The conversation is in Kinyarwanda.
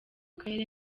karere